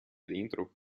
dentro